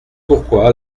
pourquoi